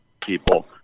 people